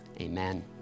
Amen